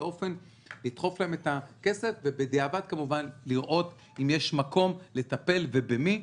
לדחוף להם את הכסף ובדיעבד לראות אם יש מקום לטפל ובמי.